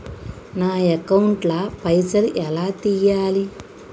నా అకౌంట్ ల పైసల్ ఎలా తీయాలి?